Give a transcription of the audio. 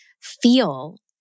feel